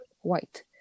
white